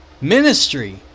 Ministry